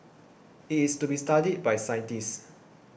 it is to be studied by scientists